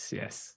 yes